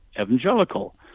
evangelical